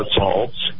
assaults